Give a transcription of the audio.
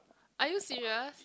are you serious